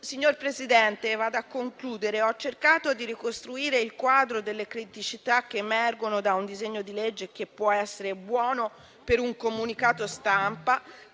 Signor Presidente, vado a concludere. Ho cercato di ricostruire il quadro delle criticità che emergono da un disegno di legge che può essere buono per un comunicato stampa